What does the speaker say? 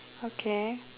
okay